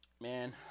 Man